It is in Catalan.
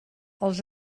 els